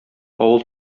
авыл